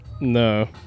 No